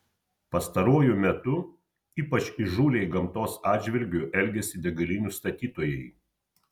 pastaruoju metu ypač įžūliai gamtos atžvilgiu elgiasi degalinių statytojai